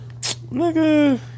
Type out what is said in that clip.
Nigga